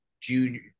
junior